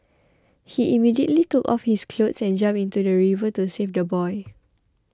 he immediately took off his clothes and jumped into the river to save the boy